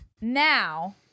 Now